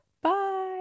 Bye